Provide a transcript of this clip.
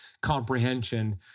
comprehension